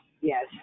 Yes